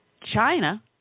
China